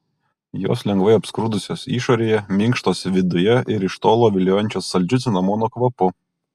jos lengvai apskrudusios išorėje minkštos viduje ir iš tolo viliojančios saldžiu cinamono kvapu